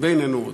"ואיננו עוד".